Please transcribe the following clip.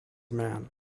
man